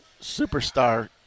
superstar